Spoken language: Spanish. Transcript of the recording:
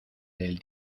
del